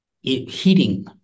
heating